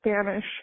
Spanish